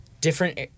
different